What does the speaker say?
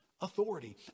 Authority